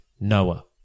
Noah